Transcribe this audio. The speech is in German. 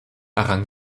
errang